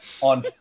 on